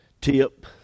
tip